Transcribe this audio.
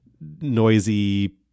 noisy